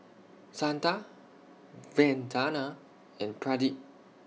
Santha Vandana and Pradip